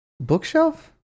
bookshelf